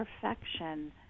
perfection